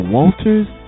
Walters